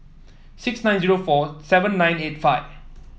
six nine zero four seven nine eight five